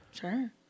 Sure